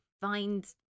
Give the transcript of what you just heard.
find